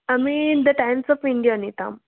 আমি the Times of India নিতাম